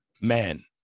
Man